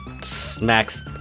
Smacks